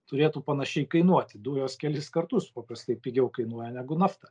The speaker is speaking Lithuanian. turėtų panašiai kainuoti dujos kelis kartus paprastai pigiau kainuoja negu nafta